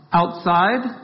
outside